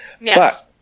Yes